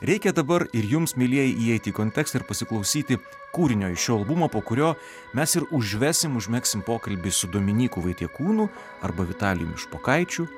reikia dabar ir jums mielieji įeit į kontekstą ir pasiklausyti kūrinio iš šio albumo po kurio mes ir užvesim užmegsim pokalbį su dominyku vaitiekūnu arba vitalijumi špokaičiu